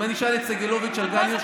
אם אני אשאל את סגלוביץ' על גל הירש,